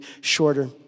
shorter